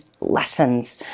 lessons